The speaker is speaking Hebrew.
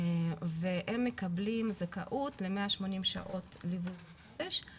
והם מקבלים זכאות ל-180 שעות ליווי בחודש.